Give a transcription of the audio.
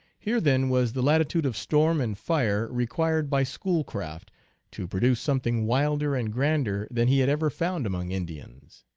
here then was the latitude of storm and fire required by schoolcraft to produce something wilder and grander than he had ever found among indians.